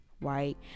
right